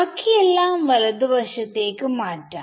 ബാക്കിയെല്ലാം വലത് വശത്തേക്ക് മാറ്റാം